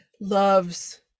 loves